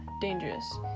dangerous